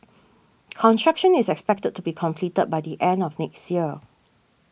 construction is expected to be completed by the end of next year